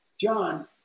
John